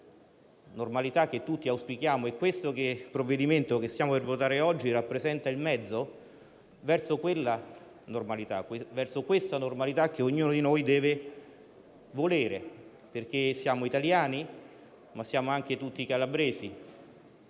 questa normalità, che tutti auspichiamo. Il provvedimento che ci apprestiamo a votare oggi rappresenta il mezzo verso questa normalità che ognuno di noi deve volere, perché siamo italiani, ma siamo anche tutti calabresi.